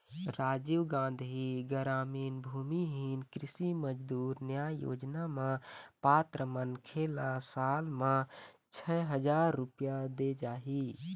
राजीव गांधी गरामीन भूमिहीन कृषि मजदूर न्याय योजना म पात्र मनखे ल साल म छै हजार रूपिया देय जाही